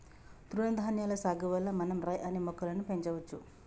తృణధాన్యాల సాగు వల్ల మనం రై అనే మొక్కలను పెంచవచ్చు